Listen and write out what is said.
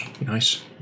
Nice